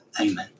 Amen